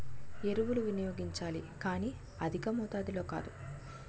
ఎరువులు వినియోగించాలి కానీ అధికమాతాధిలో కాదు